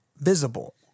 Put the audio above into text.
visible